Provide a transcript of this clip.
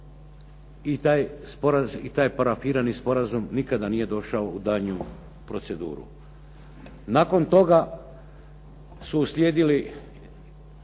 i taj parafirani sporazum nikada nije došao u daljnju proceduru. Nakon toga su uslijedili